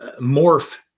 morph